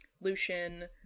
Lucian